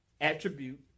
attribute